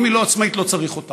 אם היא לא עצמאית, לא צריך אותה.